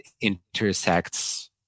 intersects